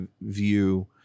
view